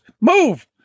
move